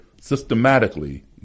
systematically